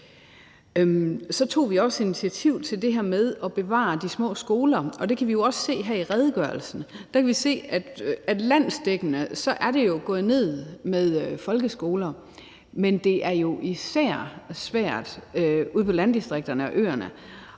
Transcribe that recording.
Så tog vi også initiativ til det her med at bevare de små skoler, og vi kan også se her i redegørelsen, at på landsplan er det gået ned med folkeskoler, men det er især svært ude i landdistrikterne og på øerne,